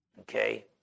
Okay